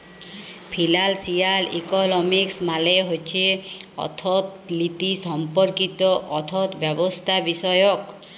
financial economics মালে হছে অথ্থলিতি সম্পর্কিত অথ্থব্যবস্থাবিষয়ক